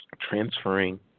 transferring